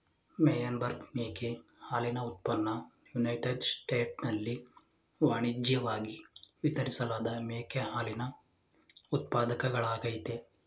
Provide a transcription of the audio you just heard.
Meyenberg ಮೇಕೆ ಹಾಲಿನ ಉತ್ಪನ್ನ ಯುನೈಟೆಡ್ ಸ್ಟೇಟ್ಸ್ನಲ್ಲಿ ವಾಣಿಜ್ಯಿವಾಗಿ ವಿತರಿಸಲಾದ ಮೇಕೆ ಹಾಲಿನ ಉತ್ಪಾದಕಗಳಾಗಯ್ತೆ